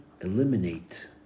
eliminate